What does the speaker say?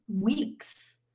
weeks